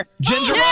Ginger